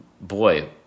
Boy